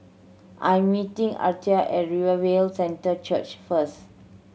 I'm meeting Aretha at Revival Centre Church first